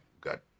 got